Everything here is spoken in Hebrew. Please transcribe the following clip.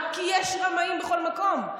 כי יש רמאים בכל מקום.